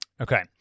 Okay